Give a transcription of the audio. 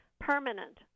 permanent